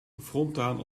frontaal